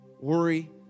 Worry